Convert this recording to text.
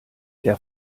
der